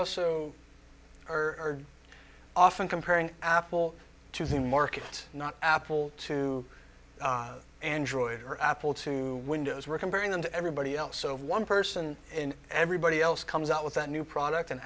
also are often comparing apple to the market not apple to android or apple to windows we're comparing them to everybody else so if one person and everybody else comes out with a new product an